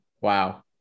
wow